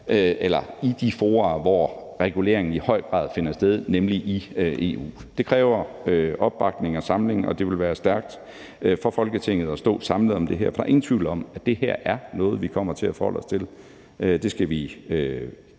stærkt i de fora, hvor regulering i høj grad finder sted, nemlig i EU. Det kræver opbakning og samling, og det vil være stærkt for Folketinget at stå samlet om det her, for der er ingen tvivl om, at det her er noget, vi kommer til at forholde os til. Det skal vi